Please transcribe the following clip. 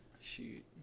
Shoot